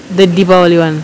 the deepavali [one]